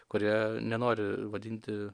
kurie nenori vadinti